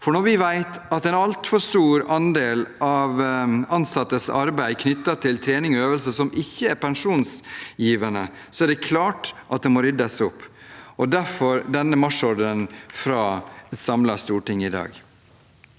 For når vi vet at det er en altfor stor andel av ansattes arbeid knyttet til trening og øvelse som ikke er pensjonsgivende, er det klart at det må ryddes opp. Derfor kommer denne marsjordren fra et samlet storting i dag.